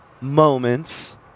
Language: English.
moments